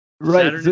right